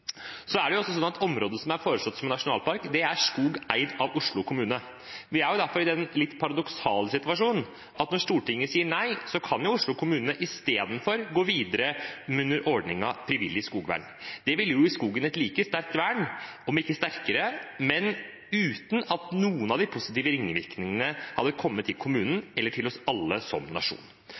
Området som er foreslått som nasjonalpark, er skog eid av Oslo kommune. Vi er derfor i den litt paradoksale situasjonen at når Stortinget sier nei, kan Oslo kommune isteden gå videre under ordningen frivillig skogvern. Det ville gi skogen et like sterkt vern – om ikke sterkere – men uten noen av de positive ringvirkningene for kommunen eller for oss alle som nasjon.